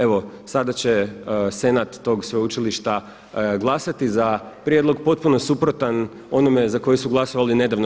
Evo sada će Senat tog sveučilišta glasati za prijedlog potpuno suprotan onome za koji su glasovali nedavno.